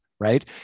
Right